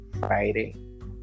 Friday